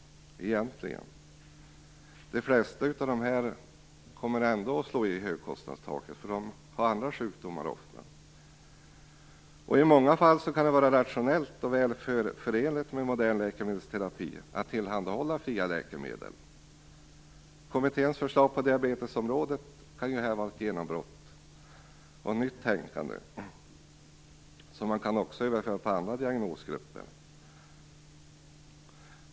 De flesta av dessa patienter kommer ändå att slå i högkostnadstaket eftersom de ofta har andra sjukdomar också. I många fall kan det vara rationellt, och väl förenligt med modern läkemedelsterapi att tillhandahålla fria läkemedel. Kommitténs förslag på diabetesområdet kan innebära ett genombrott och ett nytt tänkande som också går att överföra på andra diagnosgrupper.